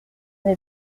n’ai